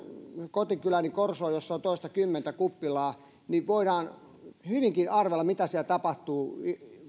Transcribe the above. kotikylääni korsoon jossa on toistakymmentä kuppilaa niin voidaan hyvinkin arvailla mitä siellä tapahtuu